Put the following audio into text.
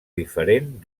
diferent